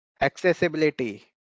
Accessibility